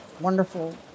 wonderful